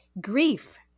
Grief